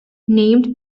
named